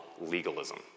legalism